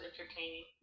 entertaining